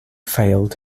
failed